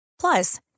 Plus